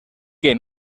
que